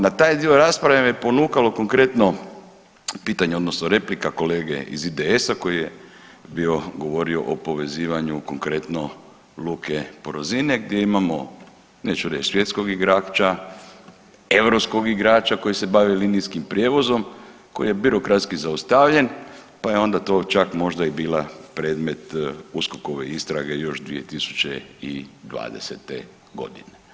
Na taj dio rasprave me ponukalo konkretno pitanje odnosno replika kolege iz IDS-a koji je bio govorio o povezivanju konkretno luke Porozine gdje imamo neću reći svjetskog igrača, europskog igrača koji se bavi linijskim prijevozom koji je birokratski zaustavljen pa je onda to čak možda i bila predmet USKOK-ove istrage još 2020. godine.